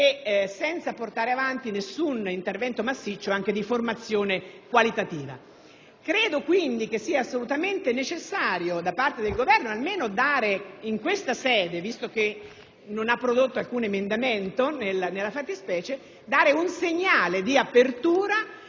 e senza portare avanti alcun intervento massiccio di formazione qualitativa. Credo dunque sia assolutamente necessario che il Governo dia, almeno in questa sede, visto che non ha prodotto alcun emendamento nella fattispecie, un segnale di apertura,